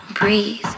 breathe